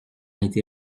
été